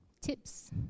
tips